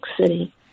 City